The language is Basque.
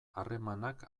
harremanak